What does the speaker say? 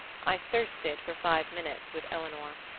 i thirsted for five minutes with eleanor.